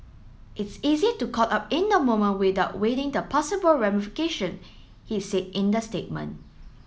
it's easy to caught up in the moment without waiting the possible ramification he said in the statement